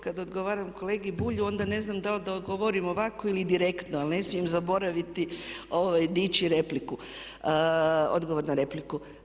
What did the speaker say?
Kada odgovaram kolegi Bulju onda ne znam da li da odgovorim ovako ili direktno jer ne smijem zaboraviti dići repliku, odgovor na repliku.